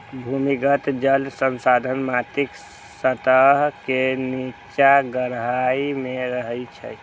भूमिगत जल संसाधन माटिक सतह के निच्चा गहराइ मे रहै छै